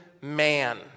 man